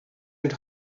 and